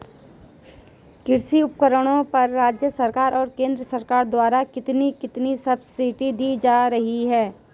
कृषि उपकरणों पर राज्य सरकार और केंद्र सरकार द्वारा कितनी कितनी सब्सिडी दी जा रही है?